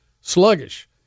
sluggish